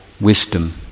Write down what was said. wisdom